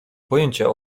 pojęcia